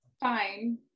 fine